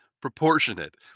proportionate